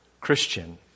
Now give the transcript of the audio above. Christian